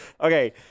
Okay